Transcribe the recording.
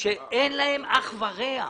שאין להן אח ורע.